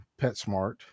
PetSmart